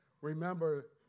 remember